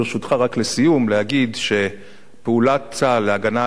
רק להגיד לסיום שפעולת צה"ל להגנה עצמית